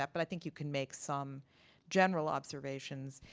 but but i think you can make some general observations.